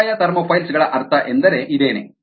ಕಡ್ಡಾಯ ಥರ್ಮೋಫೈಲ್ ಗಳ ಅರ್ಥ ಎಂದರೆ ಇದೇನೇ